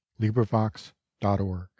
LibriVox.org